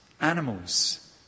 animals